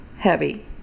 heavy